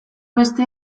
beste